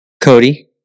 Cody